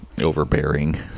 overbearing